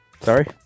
Sorry